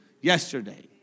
yesterday